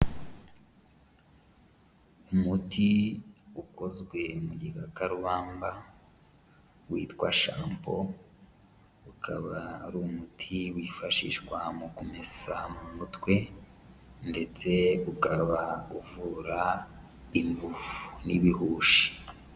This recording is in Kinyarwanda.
Umuti ukozwe mu gikakarubamba witwa "shampo", ukaba ari umuti wifashishwa mu kumesa mu mutwe ndetse ukaba uvura imvuvu n'ibihushi.